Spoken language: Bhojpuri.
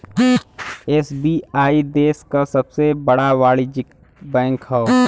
एस.बी.आई देश क सबसे बड़ा वाणिज्यिक बैंक हौ